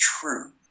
true